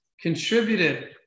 contributed